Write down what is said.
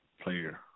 player